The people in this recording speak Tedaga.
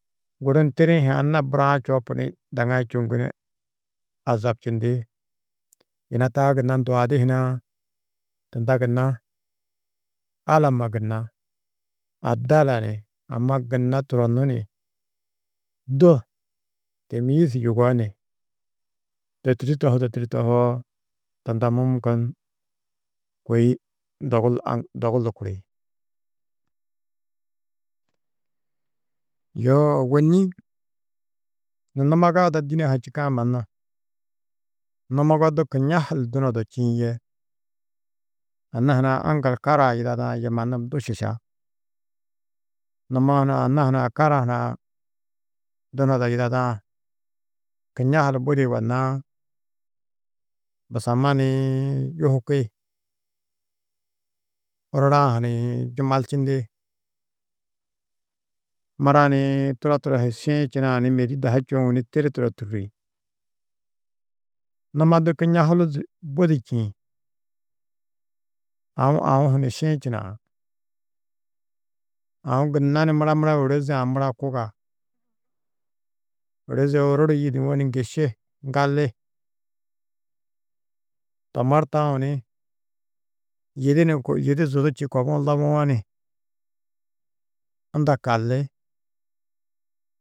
Guru ni tiri-ĩ hi anna buraã čoopu ni daŋaĩ čûuŋgu ni azabčindi, yina taa gunna nduadi hunã tunda gunna, alamma gunna adala ni amma gunna turonnu ni, du têmiyiz yugó ni to tûrtu tohudo tûrtu tohoo, tunda Mûmgun kôi dogu dogu lukuri. Yoo ôwonni numaga ada dîne-ã ha čîkã mannu, numogo du kiñahal dunodo čîĩ yê anna hunã aŋgal karaa yidadã yê mannu du šiša, numo hunã anna hunã kara hunã dunodo yidadã kiñahul budi yugonnãá, busamma ni yuhuki, orura-ã ha njumalčindi mura ni turo turo hi šiĩ čunaa ni mêdi dahu čoŋu ni tiri turo tûki, numo du kiñahalu budi čîĩ, aũ aũ hu ni šiĩ činaá, aũ gunna ni mura mura ôroze-ã mura kuga, ôrozi oruru yîduwo ni ŋgiši, ŋgalli, tomor taũ ni yidi nuũ yidi zidu či kobu lobũwo ni unda kalli.